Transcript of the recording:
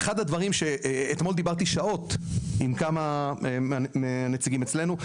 הדברים שאתמול דיברתי עליו שעות עם כמה נציגים אצלנו,